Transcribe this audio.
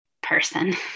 person